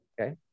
okay